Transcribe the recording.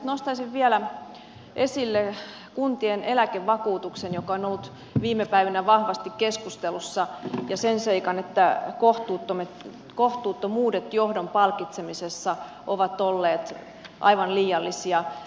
nostaisin vielä esille kuntien eläkevakuutuksen joka on ollut viime päivinä vahvasti keskustelussa ja sen seikan että kohtuuttomuudet johdon palkitsemisessa ovat olleet aivan liiallisia